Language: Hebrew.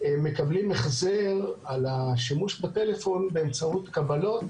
מקבלים החזר על השימוש בטלפון באמצעות קבלות